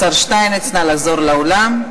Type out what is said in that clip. השר שטייניץ, נא לחזור לאולם.